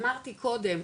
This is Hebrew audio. אמרתי קודם,